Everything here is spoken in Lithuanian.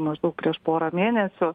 maždaug prieš porą mėnesių